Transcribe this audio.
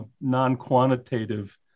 non-quantitative